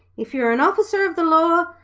if you're an officer of the law,